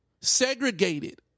segregated